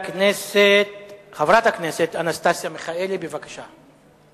חברת הכנסת אנסטסיה מיכאלי, בבקשה.